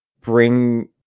bring